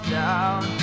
down